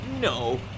No